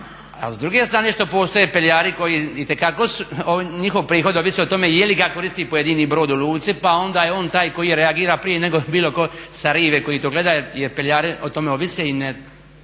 A s druge strane što postoje peljari koji itekako njihov prihod ovisi o tome jeli ga koristi pojedini brod u luci pa je onda taj koji reagira prije nego bilo ko sa rive koji to gleda jer peljari o tome ovise i ne